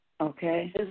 Okay